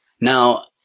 Now